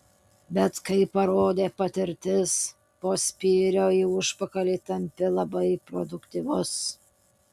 bet kaip parodė patirtis po spyrio į užpakalį tampi labai produktyvus